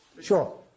Sure